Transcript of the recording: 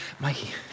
Mikey